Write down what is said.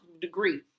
degree